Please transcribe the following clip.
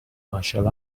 martial